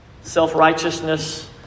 self-righteousness